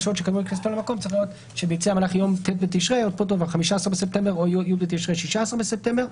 במהלך יום ט' בתשרי התשפ"ב (15 בספטמבר 2021)